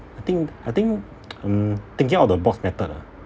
I think I think um thinking out of the box better lah